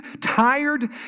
tired